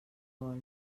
vol